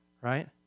right